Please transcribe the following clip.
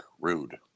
Rude